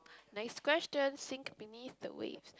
next question sink beneath the waves